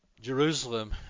Jerusalem